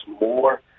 more